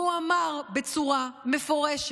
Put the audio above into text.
והוא אמר בצורה מפורשת: